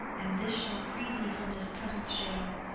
and this shall free thee from this present shame,